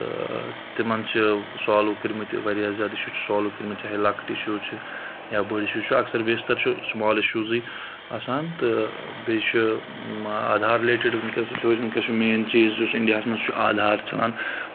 تہٕ تِمَن چھِ سالوٗ کٔرمٕتۍ واریاہ زیادٕ سُہ چھُ سالوٗ کٔرۍمٕتۍ چاہے لۅکٕٹ اِشوٗز چھِ یا بٔڈۍ اِشوٗ چھِ اکثر بیشتر چھِ سُمال اِشوٗزٕے آسان تہٕ بیٚیہِ چھُ آدھار رِلیٹِڈ وُنکٮ۪س چھُ وُنکٮ۪س چھُ مین چیٖز یُس اِنڈیاہَس منٛز چھُ آدھار چَلان